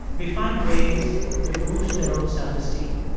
they find ways to boost their own self-esteem.